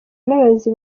n’abayobozi